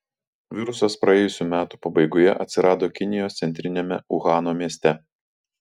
virusas praėjusių metų pabaigoje atsirado kinijos centriniame uhano mieste